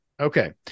Okay